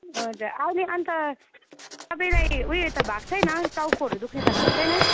हजुर अहिले अन्त तपाईँलाई उयो त भएको छैन टाउकोहरू दुःख्ने त भएको छैन